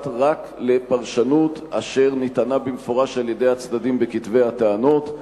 רק לפרשנות אשר ניתנה במפורש על-ידי הצדדים בכתבי הטענות.